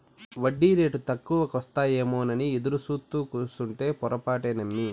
ఒడ్డీరేటు తక్కువకొస్తాయేమోనని ఎదురుసూత్తూ కూసుంటే పొరపాటే నమ్మి